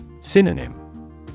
synonym